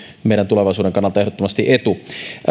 meidän tulevaisuutemme kannalta ehdottomasti etu